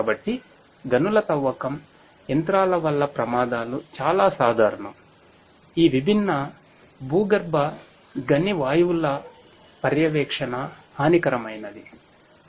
కాబట్టి గనుల తవ్వకం యంత్రాల వల్ల ప్రమాదాలు చాలా సాధారణం ఈ విభిన్న భూగర్భ గని వాయువుల పర్యవేక్షణ హానికరమైనధి